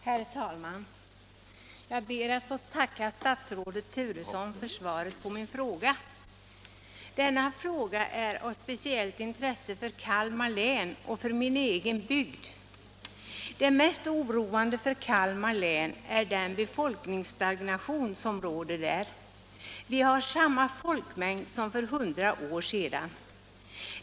Herr talman! Jag ber att få tacka statsrådet Turesson för svaret på min fråga. Den är av speciellt intresse för Kalmar län och för min egen bygd. Det mest oroande för Kalmar län är den befolkningsstagnation som råder där. Vi har samma folkmängd som för 100 år sedan.